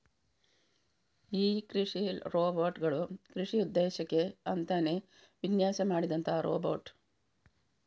ಈ ಕೃಷಿ ರೋಬೋಟ್ ಗಳು ಕೃಷಿ ಉದ್ದೇಶಕ್ಕೆ ಅಂತಾನೇ ವಿನ್ಯಾಸ ಮಾಡಿದಂತ ರೋಬೋಟ್